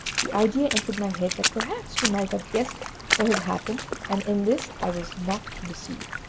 the idea entered my head that perhaps she might have guessed what had happened, and in this i was not deceived.